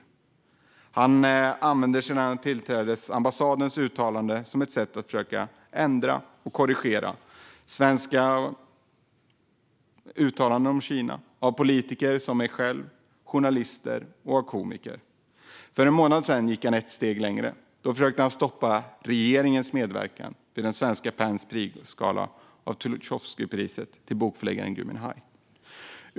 Sedan han tillträdde använder han ambassadens uttalanden som ett sätt att försöka ändra och korrigera svenska uttalanden om Kina av politiker som mig själv, liksom av journalister och komiker. För en månad sedan gick han ett steg längre och försökte stoppa regeringens medverkan vid Svenska PEN:s utdelning av Tucholskypriset till bokförläggaren Gui Minhai.